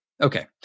Okay